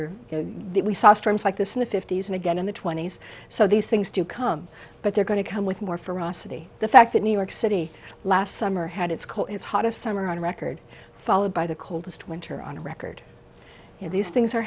are we saw storms like this in the fifty's and again in the twenty's so these things do come but they're going to come with more ferocity the fact that new york city last summer had its call its hottest summer on record followed by the coldest winter on record and these things are